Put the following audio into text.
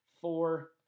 four